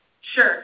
Sure